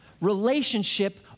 Relationship